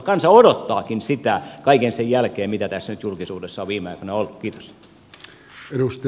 kansa odottaakin sitä kaiken sen jälkeen mitä tässä nyt julkisuudessa on viime aikoina ollut